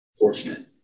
fortunate